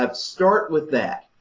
um start with that,